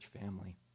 family